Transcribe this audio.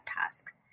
task